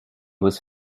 was